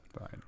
right